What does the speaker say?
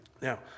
Now